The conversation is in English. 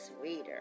sweeter